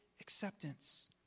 acceptance